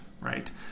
right